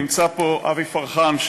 נמצא פה אבי פרחן,